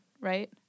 right